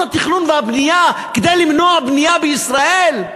התכנון והבנייה כדי למנוע בנייה בישראל?